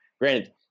Granted